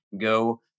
Go